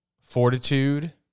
fortitude –